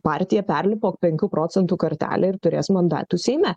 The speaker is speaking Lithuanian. partija perlipo penkių procentų kartelę ir turės mandatų seime